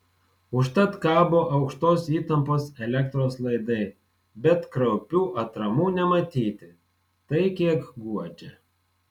užtat kabo aukštos įtampos elektros laidai bet kraupių atramų nematyti tai kiek guodžia